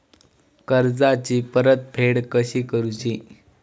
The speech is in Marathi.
कर्जाची परतफेड कशी करूची?